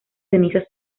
cenizas